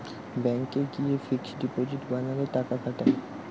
ব্যাংকে গিয়ে fixed deposit বানালে টাকা খাটায়